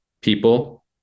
people